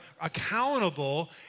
accountable